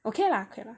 okay lah okay lah